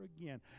again